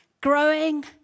growing